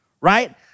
right